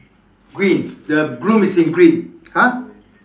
green the groom is in green !huh!